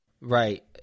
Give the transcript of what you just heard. Right